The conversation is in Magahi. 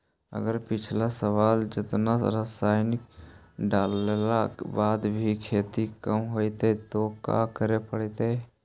अगर पिछला साल जेतना रासायन डालेला बाद भी खेती कम होलइ तो का करे पड़तई?